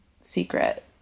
secret